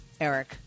Eric